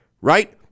Right